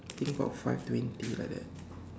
I think about five twenty like that